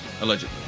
Allegedly